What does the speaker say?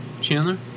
Chandler